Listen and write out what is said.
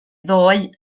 ddoe